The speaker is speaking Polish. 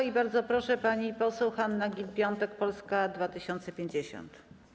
I bardzo proszę, pani poseł Hanna Gill-Piątek, Polska 2050.